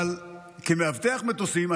אבל כמאבטח מטוסים,